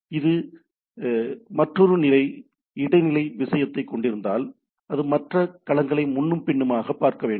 அது மற்றொரு இடைநிலை விஷயத்தைக் கொண்டிருந்தால் அது மற்ற களங்களைப் முன்னும் பின்னுமாக பார்க்க வேண்டும்